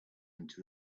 into